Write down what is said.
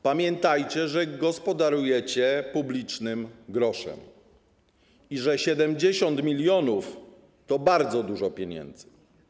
Pamiętajcie, że gospodarujecie publicznym groszem i że 70 mln to bardzo dużo pieniędzy.